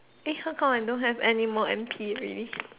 this year on like don't have anymore N_P already